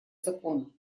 закона